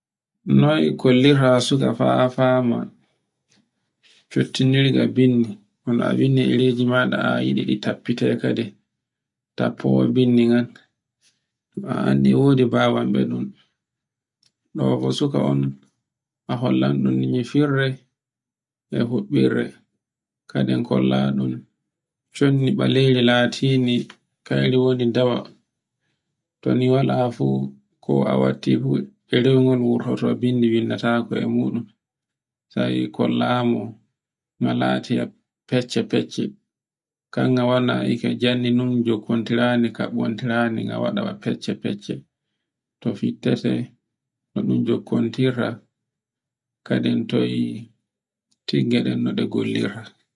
Noy kollirta suka fa fama fittinirga bindi hono a windi ɗereji maɗa a yiɗi ɗi taffite kadin, taffowa bindi ngan a anndi e wodi bawonɗo be ɗun. Ɗo bo suka on a hollan on ni no nyirde, e huɓɓirde, kadin kollaɗun condi ɓalere latindi kayri woni dawa to ni wala fu ko a watti fu ɗerewol ngo wurtoto bindi bindatake e muɗum, sai kollami no lati e fecce-fecce, kanga wona e ka jangi non, jukkontirande kaɓɓontira nde nga waɗa fecce-fecce, to ficcete no kuntontira, kadin toy tigge ɗen no ɗe gollirta.